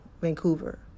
Vancouver